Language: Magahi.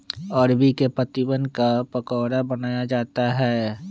अरबी के पत्तिवन क पकोड़ा बनाया जाता है